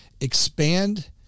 expand